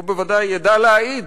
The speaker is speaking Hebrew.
והוא בוודאי ידע להעיד